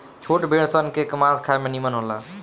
छोट भेड़ सन के मांस खाए में निमन होला